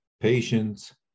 patience